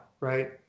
right